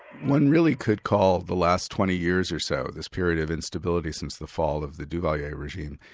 one really could call the last twenty years or so, this period of instability since the fall of the duvalier regime,